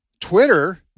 Twitter